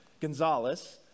Gonzalez